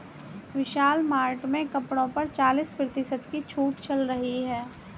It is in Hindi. विशाल मार्ट में कपड़ों पर चालीस प्रतिशत की छूट चल रही है